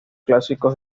clásicos